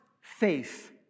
faith